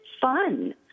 fun